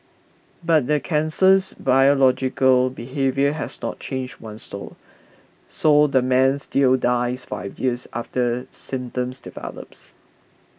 but the cancer's biological behaviour has not changed one sore so the man still dies five years after symptoms develops